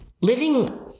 living